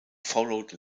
followed